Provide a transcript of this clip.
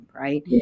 right